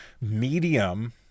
medium